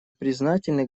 признательны